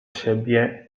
siebie